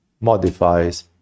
modifies